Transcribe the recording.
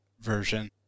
version